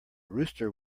rooster